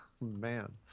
Man